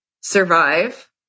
survive